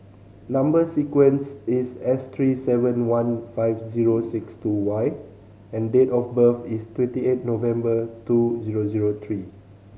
number sequence is S three seven one five zero six two Y and date of birth is twenty eight November two zero zero three